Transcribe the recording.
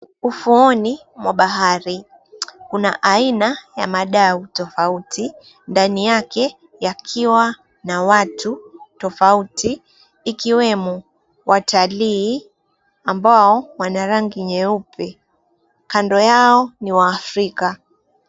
Ufuoni mwa bahari kuna aina ya madau tofauti ndani yake yakiwa na watu tofauti ikiwemo watalii ambao wana rangi nyeupe, kando yao ni waafrika.